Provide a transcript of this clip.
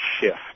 shift